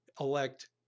elect